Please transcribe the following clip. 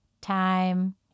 time